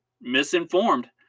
misinformed